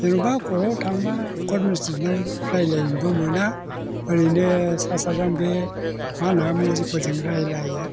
जेनेबा कर्टआव थांबा कर्ट मेजिसट्रेटनाव रायज्लायनोबो मोना ओरैनो सा साज्रां बे मा होनो मुहुरिफोरजों रायज्लायो